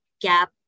gap